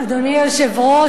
אדוני היושב-ראש,